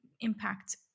impact